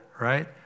right